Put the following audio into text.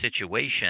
situation